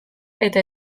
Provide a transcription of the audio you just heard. eta